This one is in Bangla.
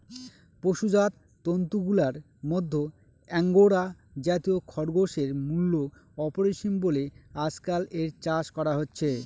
পশুজাত তন্তুগুলার মধ্যে আঙ্গোরা জাতীয় খরগোশের মূল্য অপরিসীম বলে আজকাল এর চাষ করা হচ্ছে